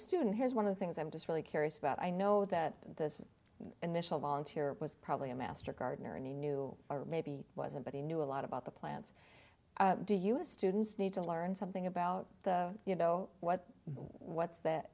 student here's one of the things i'm just really curious about i know that this initial volunteer was probably a master gardener and he knew or maybe wasn't but he knew a lot about the plants do u s students need to learn something about the you know what what's that